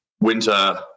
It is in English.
winter